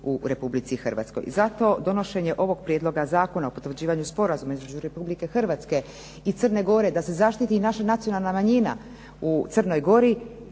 u Republici Hrvatskoj. Zato donošenje ovog potvrđivanju Sporazuma između Republike Hrvatske i Crne Gore da se zaštiti naša manjina u Crnoj Gori